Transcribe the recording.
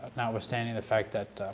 notwithstanding the fact that